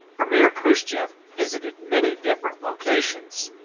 premier khrushchev visited many different locations,